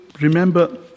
remember